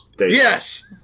Yes